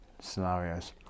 scenarios